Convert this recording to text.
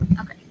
okay